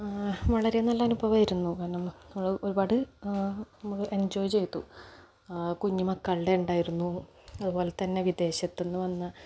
വളരെ നല്ല അനുഭവമായിരുന്നു കാരണം അത് ഒരുപാട് നമ്മള് എൻജോയ് ചെയ്തു കുഞ്ഞു മക്കളുടെ ഉണ്ടായിരുന്നു അതുപോലെ തന്നെ വിദേശത്തുനിന്ന് വന്ന